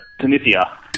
Tunisia